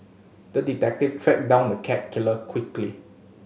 the detective tracked down the cat killer quickly